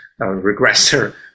regressor